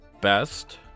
best